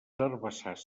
herbassars